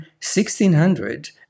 1600